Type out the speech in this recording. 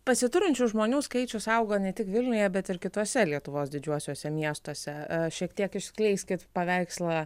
pasiturinčių žmonių skaičius auga ne tik vilniuje bet ir kituose lietuvos didžiuosiuose miestuose šiek tiek išskleiskit paveikslą